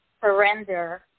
surrender